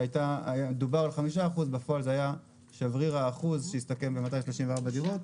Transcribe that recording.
שדובר על 5%. בפועל זה היה שבריר האחוז שהסתכם ב-234 דירות.